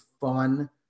fun